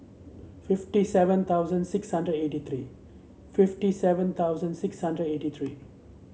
fifty seven thousand six hundred eighty three fifty seven thousand six hundred eighty three